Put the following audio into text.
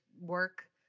work